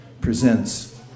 presents